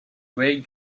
great